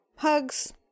Hugs